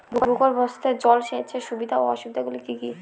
ভূগর্ভস্থ জল সেচের সুবিধা ও অসুবিধা গুলি কি কি?